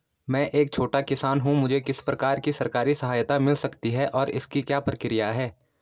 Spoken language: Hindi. मैं एक छोटा किसान हूँ मुझे किस प्रकार की सरकारी सहायता मिल सकती है और इसकी क्या प्रक्रिया है?